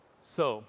so